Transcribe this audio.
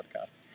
podcast